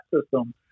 system